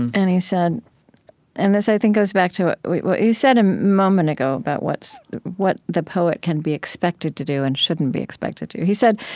and and he said and this, i think, goes back to what what you said a moment ago about what what the poet can be expected to do and shouldn't be expected to do. he said,